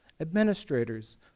administrators